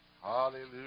Hallelujah